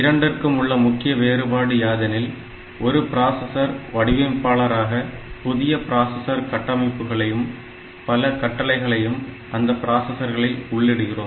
இரண்டிற்கும் உள்ள முக்கிய வேறுபாடு யாதெனில் ஒரு ப்ராசசர் வடிவமைப்பாளராக புதிய ப்ராசசர் கட்டமைப்புகளையும் பல கட்டளைகளையும் அந்த பிராசஸர்களில் உள்ளிடுகிறோம்